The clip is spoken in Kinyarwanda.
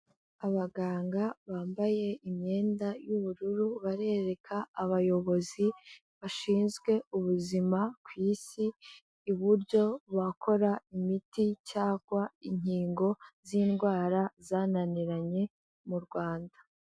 Abaganga bambaye imyenda y'ubururu barereka abayobozi bashinzwe ubuzima ku Isi, uburyo bakora imiti cyangwa inkingo z'indwara zananiranye mu Rwanda.